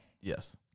Yes